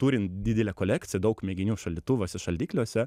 turint didelę kolekciją daug mėginių šaldytuvuose šaldikliuose